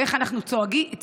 ואיך אנחנו צועקים,